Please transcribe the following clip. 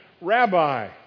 rabbi